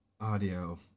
audio